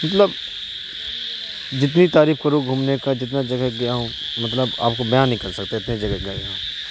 مطلب جتنی تعریف کرو گھومنے کا جتنا جگہ گیا ہوں مطلب آپ کو بیان نہیں کر سکتے اتنی جگہ گیا ہوں